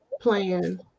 plan